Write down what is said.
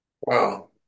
Wow